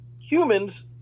humans